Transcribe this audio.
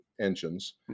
engines